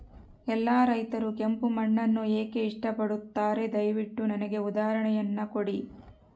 ಎಲ್ಲಾ ರೈತರು ಕೆಂಪು ಮಣ್ಣನ್ನು ಏಕೆ ಇಷ್ಟಪಡುತ್ತಾರೆ ದಯವಿಟ್ಟು ನನಗೆ ಉದಾಹರಣೆಯನ್ನ ಕೊಡಿ?